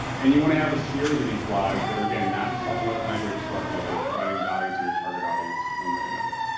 and you want to have a series of these blogs that are, again, not just talking about the hydrate spark all day. it's providing value to your target audience in one way or another.